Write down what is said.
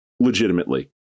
Legitimately